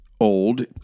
old